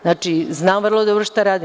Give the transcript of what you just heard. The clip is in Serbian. Znači, znam vrlo dobro šta radim.